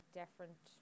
different